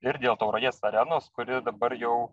ir dėl tauragės arenos kuri dabar jau